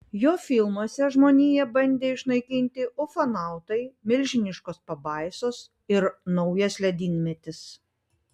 jo filmuose žmoniją bandė išnaikinti ufonautai milžiniškos pabaisos ir naujas ledynmetis